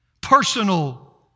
personal